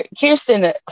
Kirsten